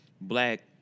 black